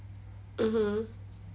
mmhmm